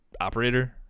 operator